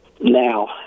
Now